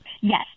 Yes